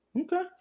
okay